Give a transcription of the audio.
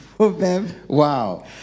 Wow